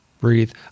breathe